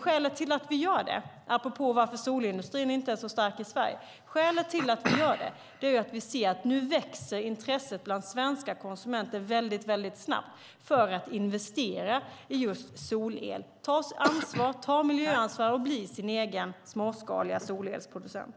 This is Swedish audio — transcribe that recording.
Skälet till att vi gör det, apropå att solindustrin inte är så stark i Sverige, är att intresset nu växer väldigt snabbt bland svenska konsumenter för att investera i solel, ta sitt miljöansvar och bli sin egen småskaliga solelsproducent.